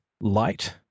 light